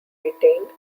retained